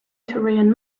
korean